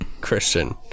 christian